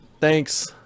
Thanks